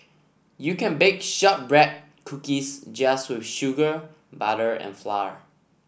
you can bake shortbread cookies just with sugar butter and flour